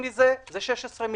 20% מ-80 מיליון זה 16 מיליון.